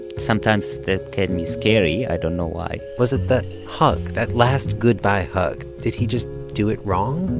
sometimes that can be scary. i don't know why was it that hug, that last goodbye hug? did he just do it wrong?